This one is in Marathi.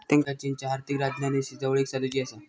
त्येंका चीनच्या आर्थिक राजधानीशी जवळीक साधुची आसा